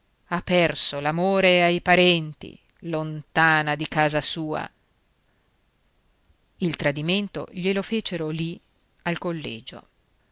ha perso l'amore ai parenti lontana di casa sua il tradimento glielo fecero lì al collegio